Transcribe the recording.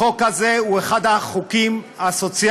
החוק הזה הוא אחד החוקים הסוציאליים,